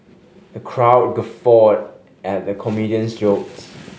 the crowd guffawed at the comedian's jokes